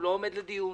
הוא לא עומד לדיון.